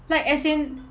like as in